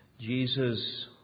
Jesus